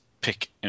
pick